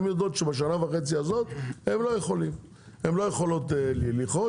והן יודעות שבשנה וחצי האלו הן לא יכולות לרכוש,